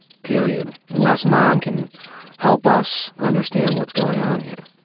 period, unless mom can help us understand what's going on here.